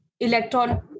Electron